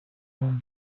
вам